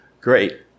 great